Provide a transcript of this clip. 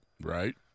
Right